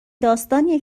داستانیه